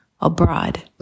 abroad